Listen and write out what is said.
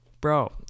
bro